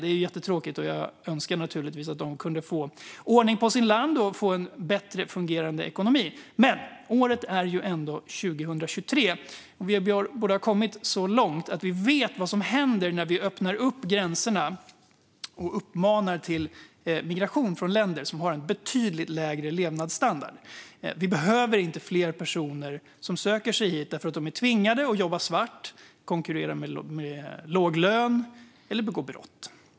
Det är jättetråkigt, och jag önskar naturligtvis att de kunde få ordning på sitt land och få en bättre fungerande ekonomi. Men året är ju ändå 2023, och vi borde ha kommit så långt att vi vet vad som händer när vi öppnar upp gränserna och uppmanar till migration från länder som har en betydligt lägre levnadsstandard. Vi behöver inte fler personer som söker sig hit och som är tvingade att jobba svart, konkurrera med låg lön eller begå brott.